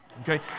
okay